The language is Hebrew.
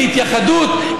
להתייחדות,